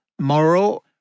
moral